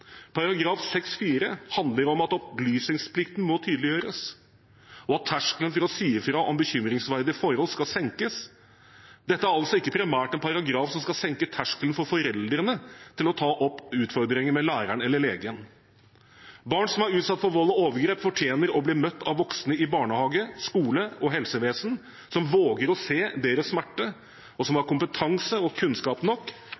handler om at opplysningsplikten må tydeliggjøres, og at terskelen for å si fra om bekymringsverdige forhold skal senkes. Dette er ikke primært en paragraf som skal senke terskelen for foreldrene til å ta opp utfordringer med læreren eller legen. Barn som er utsatt for vold og overgrep, fortjener å bli møtt av voksne i barnehage, i skole og i helsevesen som våger å se deres smerte, og som har kompetanse og kunnskap nok